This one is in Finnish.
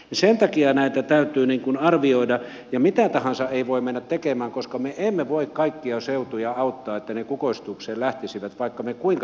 sen takia näitä täytyy arvioida ja mitä tahansa ei voi mennä tekemään koska me emme voi kaikkia seutuja auttaa niin että ne kukoistukseen lähtisivät vaikka me kuinka työntäisimme rahaa